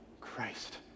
Christ